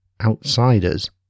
outsiders